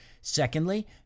Secondly